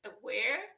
aware